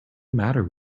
matter